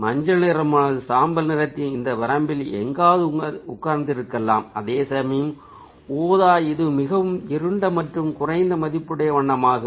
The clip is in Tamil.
மஞ்சள் நிறமானது சாம்பல் நிறத்தின் இந்த வரம்பில் எங்காவது உட்கார்ந்திருக்கும் அதேசமயம் ஊதா இது மிகவும் இருண்ட மற்றும் குறைந்த மதிப்புடைய வண்ணமாகும்